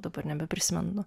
dabar nebeprisimenu